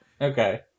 okay